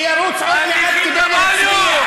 שירוץ עוד מעט כדי להצביע.